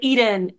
Eden